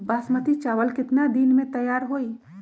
बासमती चावल केतना दिन में तयार होई?